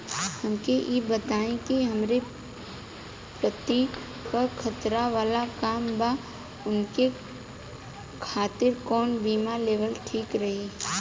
हमके ई बताईं कि हमरे पति क खतरा वाला काम बा ऊनके खातिर कवन बीमा लेवल ठीक रही?